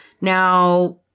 Now